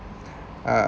uh